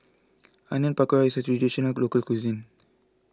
Onion Pakora is a Traditional Local Cuisine